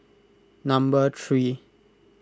number three